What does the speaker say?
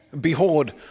Behold